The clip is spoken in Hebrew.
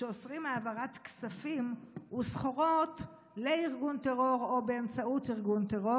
שאוסרים העברת כספים וסחורות לארגון טרור או באמצעות ארגון טרור?